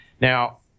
Now